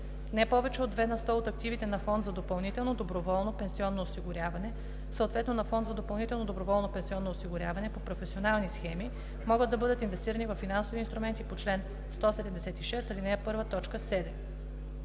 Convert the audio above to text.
Не повече от 2 на сто от активите на фонд за допълнително доброволно пенсионно осигуряване, съответно на фонд за допълнително доброволно пенсионно осигуряване по професионални схеми, могат да бъдат инвестирани във финансови инструменти по чл. 176, ал.